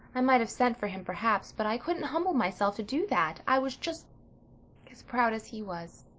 i might have sent for him perhaps, but i couldn't humble myself to do that. i was just as proud as he was.